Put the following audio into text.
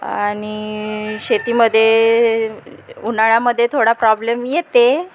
आणि शेतीमध्ये उन्हाळ्यामध्ये थोडा प्रॉब्लेम येते